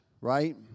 right